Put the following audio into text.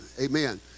Amen